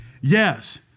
Yes